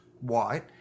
white